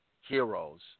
heroes